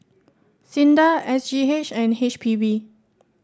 SINDA S G H and H P B